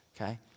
okay